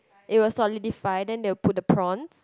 it will solidify then they will put the prawns